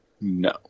No